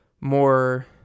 more